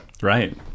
Right